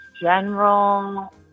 general